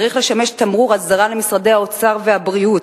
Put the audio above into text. והוא צריך לשמש תמרור אזהרה למשרדי האוצר והבריאות